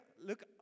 look